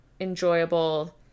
enjoyable